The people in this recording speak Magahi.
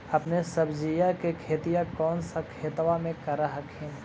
अपने सब्जिया के खेतिया कौन सा खेतबा मे कर हखिन?